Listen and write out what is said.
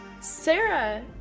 Sarah